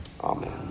Amen